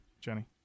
Jenny